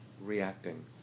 reacting